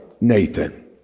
Nathan